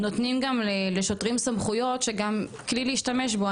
נותנים גם לשוטרים סמכויות שהן גם כלי להשתמש בו.